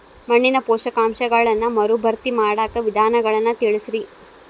ಮಣ್ಣಿನ ಪೋಷಕಾಂಶಗಳನ್ನ ಮರುಭರ್ತಿ ಮಾಡಾಕ ವಿಧಾನಗಳನ್ನ ತಿಳಸ್ರಿ